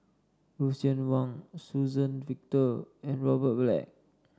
Lucien Wang Suzann Victor and Robert Black